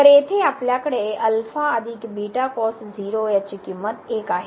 तर येथे आपल्याकडे याची किंमत 1 आहे